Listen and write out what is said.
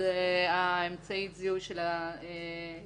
עוזב את הסעיף של היועץ,